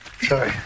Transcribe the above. Sorry